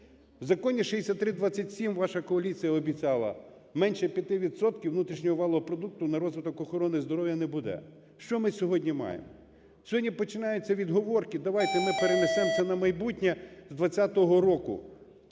В Законі 6327 ваша коаліція обіцяла менше 5 відсотків внутрішнього валового продукту на розвиток охорони здоров'я не буде. Що ми сьогодні маємо? Сьогодні починаються відговорки, давайте ми перенесемо це на майбутнє, з 20-го року